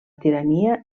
tirania